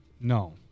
No